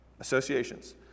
Associations